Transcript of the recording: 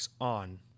On